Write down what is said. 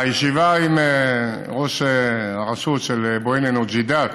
הישיבה עם ראש הרשות של בועיינה-נוג'ידאת,